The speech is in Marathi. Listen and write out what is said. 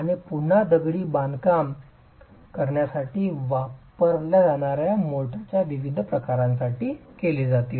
आणि पुन्हा दगडी बांधकाम करण्यासाठी वापरल्या जाणार्या मोर्टारच्या विविध प्रकारांसाठी केली जातील